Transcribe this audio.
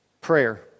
prayer